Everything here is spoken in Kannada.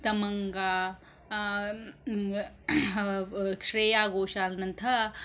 ತಮಂಗ ಶ್ರೇಯಾ ಘೋಷಾಲ್ನಂತಹ